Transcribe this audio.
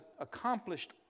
accomplished